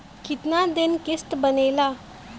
कितना दिन किस्त बनेला?